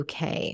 UK